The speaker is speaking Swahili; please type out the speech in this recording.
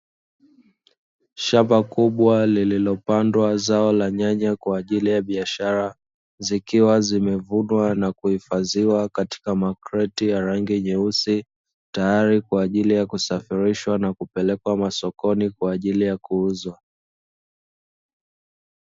Shamba kubwa lililopandwa zao la nyanya kwa ajili ya biashara zikiwa zimevunwa na kuhifadhiwa katika makreti ya rangi nyeusi, tayari kwa ajili ya kusafirishwa na kupelekwa masokoni kwa ajili ya kuuzwa.